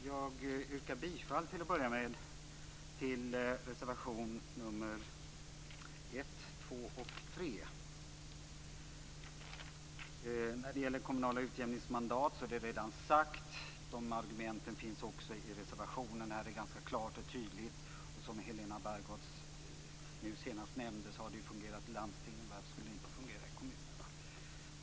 Fru talman! Jag vill börja med att yrka bifall till reservationerna nr 1, 2 och 3. De kommunala utjämningsmandaten har redan tagits upp klart och tydligt, och argumenten finns i reservationen. Som Helena Bargholtz nämnde har detta fungerat i landstingen, så varför skulle det inte fungera i kommunerna?